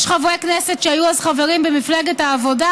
יש חברי כנסת שהיו אז חברים במפלגת העבודה,